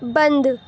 بند